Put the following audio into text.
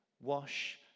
wash